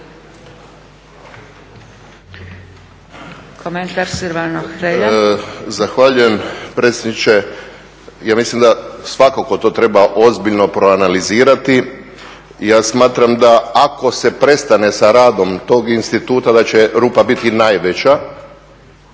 **Hrelja, Silvano (HSU)** Zahvaljujem predsjedniče. Ja mislim da svakako to treba ozbiljno proanalizirati. I ja smatram ako se prestane sa radom tog instituta da će rupa biti najveća